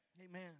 Amen